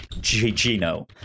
Gino